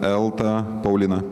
elta paulina